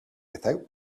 without